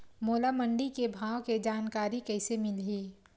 मोला मंडी के भाव के जानकारी कइसे मिलही?